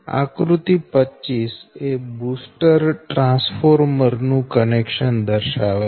આકૃતિ 25 એ booster transformer નું કનેક્શન દર્શાવે છે